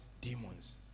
demons